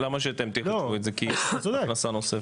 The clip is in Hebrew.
למה שאתם תחשבו את זה כהכנסה נוספת?